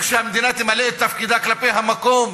שהמדינה תמלא את תפקידה כלפי המקום,